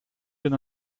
gun